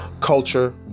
Culture